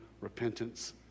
repentance